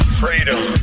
freedom